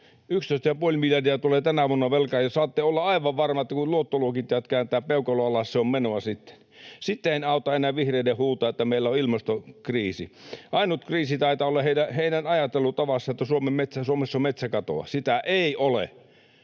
11,5 miljardia tulee tänä vuonna velkaa, ja saatte olla aivan varmoja, että kun luottoluokittajat kääntävät peukalon alas, se on menoa sitten. Sitten ei auta enää vihreiden huutaa, että meillä on ilmastokriisi. Ainut kriisi taitaa olla heidän ajattelutavassaan, että Suomessa on metsäkatoa. Sitä ei ole.